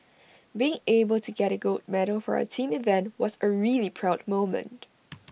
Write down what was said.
being able to get A gold medal for our team event was A really proud moment